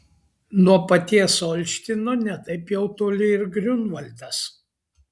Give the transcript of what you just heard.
nuo paties olštyno ne taip jau toli ir griunvaldas